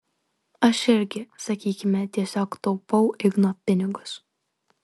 aš irgi sakykime tiesiog taupau igno pinigus